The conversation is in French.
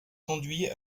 conduisit